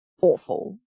awful